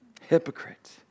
hypocrite